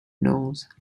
nose